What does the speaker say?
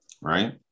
Right